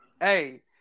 hey